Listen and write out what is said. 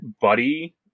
buddy